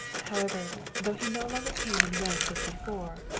however, though he no longer came and went as before,